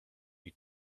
you